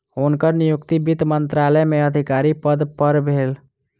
हुनकर नियुक्ति वित्त मंत्रालय में अधिकारी पद पर भेल